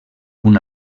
una